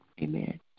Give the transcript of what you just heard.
Amen